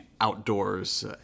outdoors